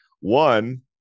one